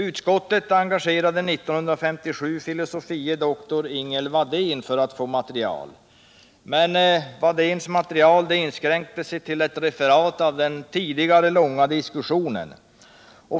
Utskottet engagerade 1957 fil. dr. Ingel Wadén för att få material. Wadéns material inskränkte sig till ett referat av den tidigare långa diskussionen.